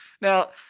Now